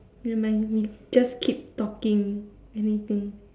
never mind me just keep talking anything